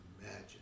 imagine